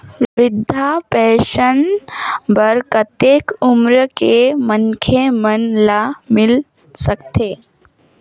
वृद्धा पेंशन बर कतेक उम्र के मनखे मन ल मिल सकथे?